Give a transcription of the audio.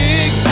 Big